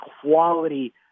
quality